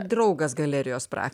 draugas galerijos prak